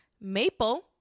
Maple